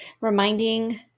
reminding